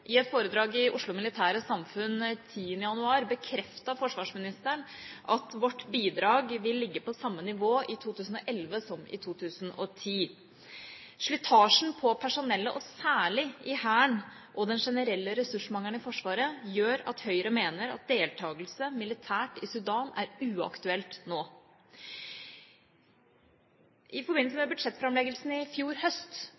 I et foredrag i Oslo Militære Samfund 10. januar bekreftet forsvarsministeren at vårt bidrag vil ligge på samme nivå i 2011 som i 2010. Slitasjen på personellet, særlig i Hæren, og den generelle ressursmangelen i Forsvaret gjør at Høyre mener at deltakelse militært i Sudan er uaktuelt nå. I forbindelse